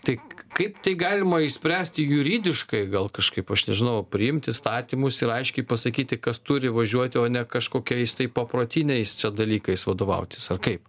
tik kaip tai galima išspręsti juridiškai gal kažkaip aš nežinau priimti įstatymus ir aiškiai pasakyti kas turi važiuoti o ne kažkokiais tai paprotiniais dalykais vadovautis ar kaip